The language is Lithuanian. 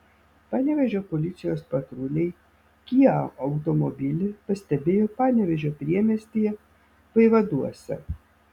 panevėžio policijos patruliai kia automobilį pastebėjo panevėžio priemiestyje vaivaduose